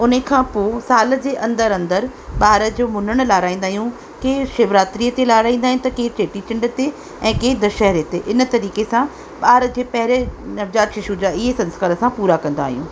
उन खां पोइ साल जे अंदरि अंदरि ॿार जो मुंडण लहाराईंदा आहियूं की शिव रात्रिअ ते लहाराईंदा आहिनि त के चेटी चंड ते ऐं के दशहरे ते इन तरीक़े सां ॿार खे पहिरीं नवजात शिशु जा इहे संस्कार असां पूरा कंदा आहियूं